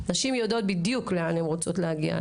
נשים יודעות בדיוק לאן הן רוצות להגיע.